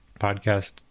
podcast